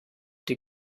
die